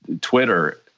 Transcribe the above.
Twitter